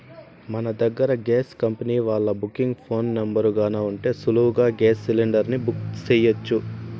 మన దగ్గర gas company వాల్ల బుకింగ్ ఫోను నెంబరు గాన ఉంటే సులువుగా గేస్ సిలిండర్ని బుక్ సెయ్యొచ్చు